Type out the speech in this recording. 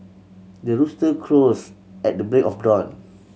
the rooster crows at the break of dawn